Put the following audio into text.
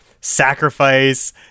sacrifice